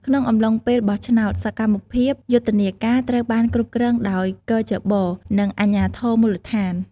ក្នុងអំឡុងពេលបោះឆ្នោត សកម្មភាពយុទ្ធនាការត្រូវបានគ្រប់គ្រងដោយគ.ជ.ប និងអាជ្ញាធរមូលដ្ឋាន។